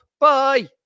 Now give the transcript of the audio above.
Bye